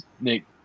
Nick